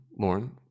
Lauren